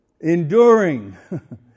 enduring